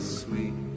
sweet